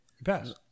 Pass